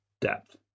depth